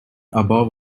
above